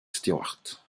stewart